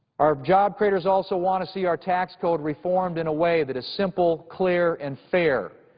our job creators also want to see our tax code reformed in a way that is simple, clear, and fair.